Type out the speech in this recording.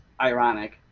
ironic